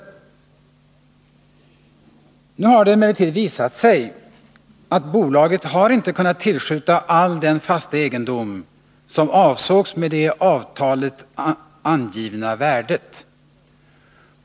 Nu har det emellertid visat sig att bolaget inte har kunnat tillskjuta all den fasta egendom som avsågs med det i avtalet angivna värdet.